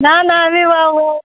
না না আমি